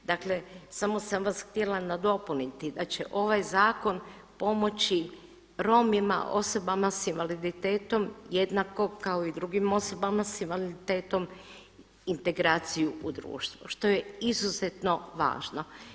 Dakle samo sam vas htjela nadopuniti da će ovaj zakon pomoći Romima, osobama sa invaliditetom, jednako kao i drugim osobama sa invaliditetom integraciju u društvo što je izuzetno važno.